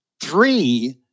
three